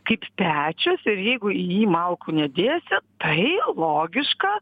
kaip pečius ir jeigu į jį malkų nedėsi tai logiška